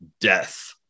Death